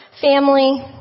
family